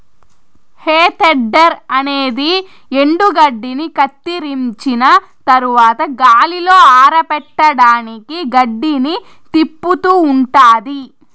హే tedder అనేది ఎండుగడ్డిని కత్తిరించిన తరవాత గాలిలో ఆరపెట్టడానికి గడ్డిని తిప్పుతూ ఉంటాది